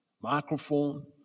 microphone